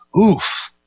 oof